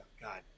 God